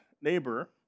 neighbor